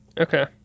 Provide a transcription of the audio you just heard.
Okay